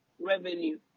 revenue